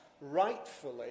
rightfully